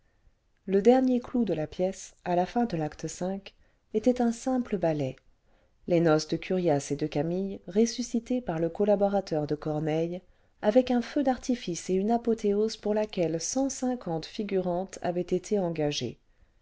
le dernier clou de la pièce à la fin de l'acte v était un simple ballet les noces cle curiace et de camille ressuscites par le couaborateur de corneille avec un feu d'artifice et une apothéose pour laquelle figurantes avaient été engagées